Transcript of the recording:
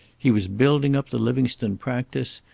he was building up the livingstone practice,